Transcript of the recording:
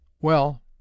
Well